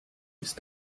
ist